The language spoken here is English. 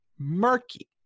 murky